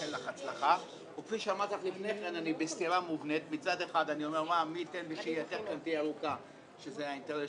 אנחנו מאחלים לך בהצלחה וכהונה כמה שיותר ארוכה ומוצלחת.